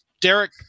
Derek